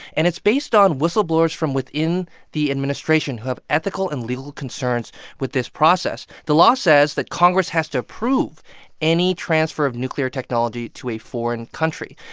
and it's based on whistleblowers from within the administration who have ethical and legal concerns with this process. the law says that congress has to approve any transfer of nuclear technology to a foreign country.